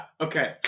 okay